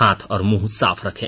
हाथ और मुंह सॉफ रखें